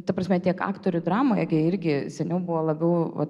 ta prasme tiek aktorių dramoje gi irgi seniau buvo labiau vat